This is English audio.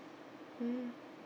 mm